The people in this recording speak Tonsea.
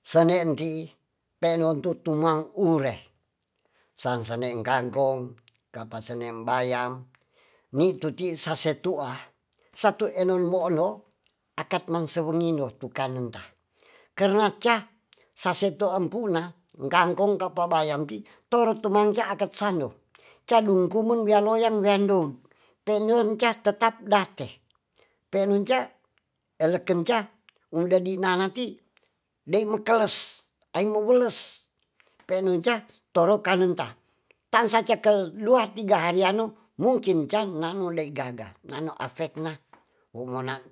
Sehenti penotutumang ure sansaneng kangkong pakasenen bayam nituti sasetua satu enonwolo akat mangsewengino tukananta karnaca saseto empuna kangkong kapabayampi torotumangca akatsando cadung kumung wealoyan weandon penyoncatetap date pelunca elekenca udaninanati demakeles aimaweles penunca torokanenta tangsacekel luatiga hari anu mungkinca nanui gagananu afetna umonang